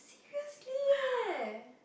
seriously eh